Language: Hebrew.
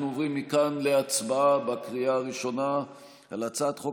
אנחנו עוברים מכאן להצבעה בקריאה הראשונה על הצעת חוק